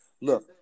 Look